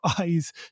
eyes